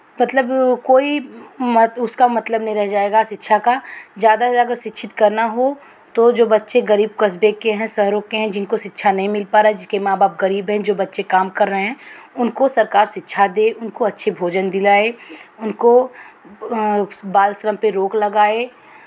मतलब कोई मत उसका मतलब नहीं रह जाएगा शिक्षा का ज़्यादा से ज़्यादा शिक्षित करना हो तो जो बच्चे गरीब कस्बें के हैं शहरों के हैं जिनको शिक्षा नहीं मिल पा रहा जिसके माँ बाप गरीब हैं जो बच्चे काम कर रहे हैं उनको सरकार शिक्षा दें उनको अच्छे भोजन दिलाएँ उनको बाल श्रम पे रोक लगाए